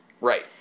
Right